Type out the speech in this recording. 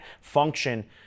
function